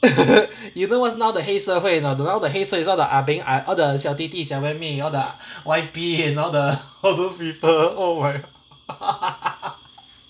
you know what's now the 黑社会 or not the now the 黑社 is all ah beng ah all the 小弟弟小妹妹 all the Y_P and all the all those people oh my